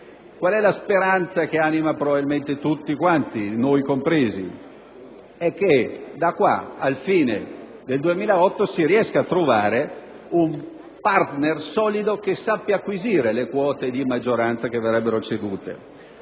Qual è la speranza che anima probabilmente tutti quanti, noi compresi? È che da ora alla fine del 2008 si riesca a trovare un partner solido che sappia acquisire le quote di maggioranza che verrebbero cedute.